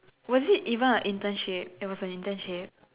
was it even a internship it was an internship